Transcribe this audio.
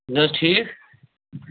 نہَ حظ ٹھیٖک